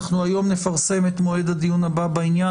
אנחנו היום נפרסם את מועד הדיון הבא בעניין.